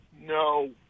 No